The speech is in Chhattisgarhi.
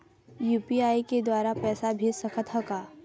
यू.पी.आई के द्वारा पैसा भेज सकत ह का?